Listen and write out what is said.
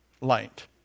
Light